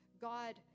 God